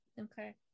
okay